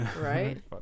Right